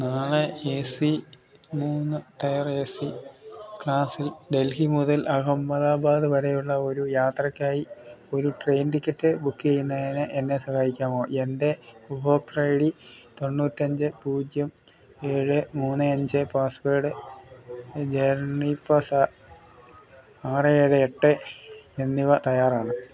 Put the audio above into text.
നാളെ A C മൂന്ന് tier A C ക്ലാസ്സിൽ ഡൽഹി മുതൽ അഹമ്മദാബാദ് വരെയുള്ള ഒരു യാത്രയ്ക്കായി ഒരു ട്രെയിൻ ടിക്കറ്റ് ബുക്കീയ്യുന്നതിന് എന്നെ സഹായിക്കാമോ എൻ്റെ ഉപഭോക്തൃ ഐ ഡി തൊണ്ണൂറ്റിയഞ്ച് പൂജ്യം ഏഴ് മൂന്ന് അഞ്ച് പാസ്സ്വേർഡ് ജേർണിപാസ് ആറ് ഏഴ് എട്ട് എന്നിവ തയ്യാറാണ്